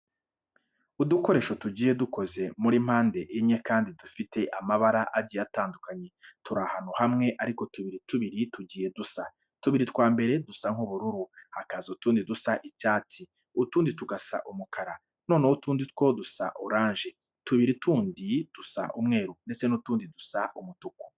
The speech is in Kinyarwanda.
Udukoresho tugiye dukoze muri mpande enye kandi dufite amabara agiye atandukanye, turi ahantu hamwe ariko tubiri tubiri tugiye dusa. Tubiri twa mbere dusa nk'ubururu, hakaza utundi dusa icyatsi, utundi tugasa umukara, noneho utundi two dusa oranje, tubiri tundi dusa umweru ndetse n'utundi dusa umutuku.